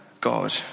God